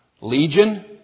Legion